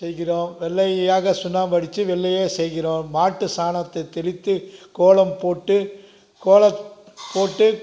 செய்கிறோம் வெள்ளையாக சுண்ணாம்பு அடித்து வெள்ளையே செய்கிறோம் மாட்டு சாணத்தை தெளித்து கோலம் போட்டு கோலம் போட்டு